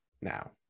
now